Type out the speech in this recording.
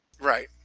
Right